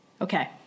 Okay